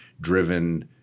driven